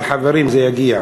אבל, חברים, זה יגיע.